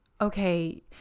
okay